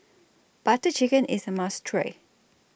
Butter Chicken IS A must Try